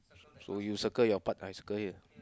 so you circle your part I circle here